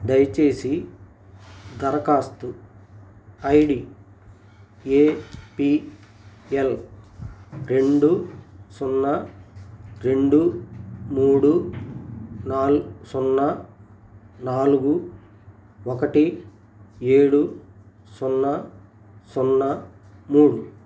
దయచేసి దరఖాస్తు I D A P L రెండు సున్నా రెండు మూడు సున్నా నాలుగు ఒకటి ఏడు సున్నా సున్నా మూడు